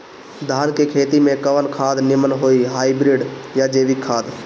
धान के खेती में कवन खाद नीमन होई हाइब्रिड या जैविक खाद?